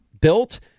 built